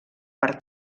per